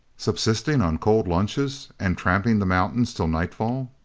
subsisting on cold lunches and tramping the mountains till nightfall?